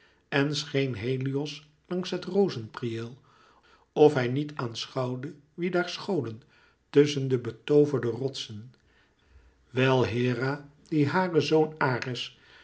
en scheen helios langs het rozenpriëel of hij niet aanschouwde wie daar scholen tusschen de betooverde rotsen wijl hera die haren zoon